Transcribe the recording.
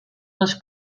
les